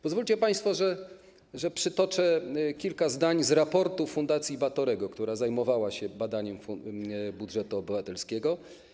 Pozwólcie państwo, że przytoczę kilka zdań z raportu Fundacji Batorego, która zajmowała się badaniem budżetu obywatelskiego.